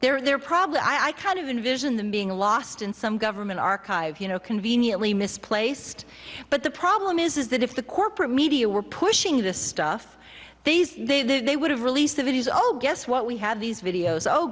there they're probably i kind of invision them being lost in some government archive you know conveniently misplaced but the problem is is that if the corporate media were pushing this stuff these they would have released the video oh guess what we have these videos oh